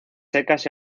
secas